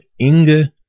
Inga